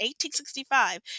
1865